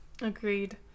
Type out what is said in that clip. Agreed